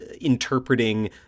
interpreting